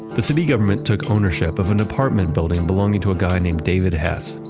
the city government took ownership of an apartment building belonging to a guy name david hess.